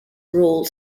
rule